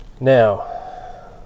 Now